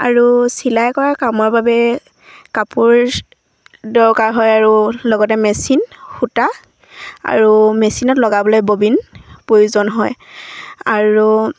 আৰু চিলাই কৰা কামৰ বাবে কাপোৰ দৰকাৰ হয় আৰু লগতে মেচিন সূতা আৰু মেচিনত লগাবলৈ ববিন প্ৰয়োজন হয় আৰু